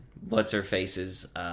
What's-Her-Face's